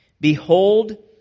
behold